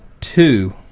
Two